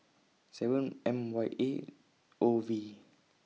seven M Y A O V